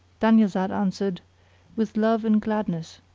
dunyazad answered with love and gladness.